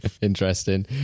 Interesting